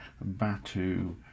Batu